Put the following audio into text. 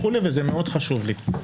זה מאוד חשוב לי.